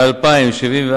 ב-2000,